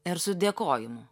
ir su dėkojimu